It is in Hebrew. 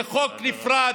זה חוק נפרד,